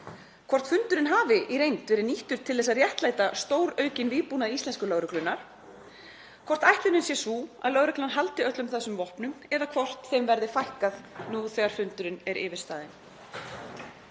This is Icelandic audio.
hvort fundurinn hafi í reynd verið nýttur til að réttlæta stóraukinn vígbúnað íslensku lögreglunnar, hvort ætlunin sé sú að lögreglan haldi öllum þessum vopnum eða hvort þeim verði fækkað nú þegar fundurinn er yfirstaðinn.